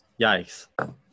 Yikes